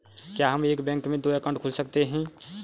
क्या हम एक बैंक में दो अकाउंट खोल सकते हैं?